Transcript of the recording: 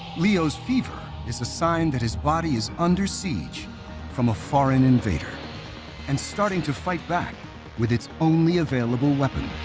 liu's fever is a sign that his body is under siege from a foreign invader and starting to fight back with its only available weapon